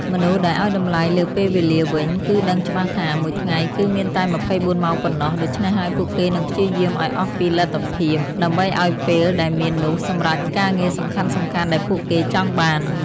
មនុស្សដែលឲ្យតម្លៃលើពេលវេលាវិញ គឺដឹងច្បាស់ថា មួយថ្ងៃគឺមានតែ២៤ម៉ោងប៉ុណ្ណោះ ដូច្នេះហើយពួកគេនឹងព្យាយាមឲ្យអស់ពីលទ្ធភាពដើម្បីអោយពេលដែលមាននោះសម្រេចការងារសំខាន់ៗដែលពួកគេចង់បាន។